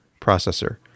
processor